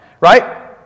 right